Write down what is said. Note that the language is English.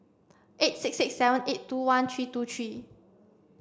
eight six six seven eight two one three two three